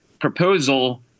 proposal